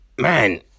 man